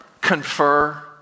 confer